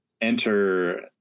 enter